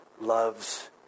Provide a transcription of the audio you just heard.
loves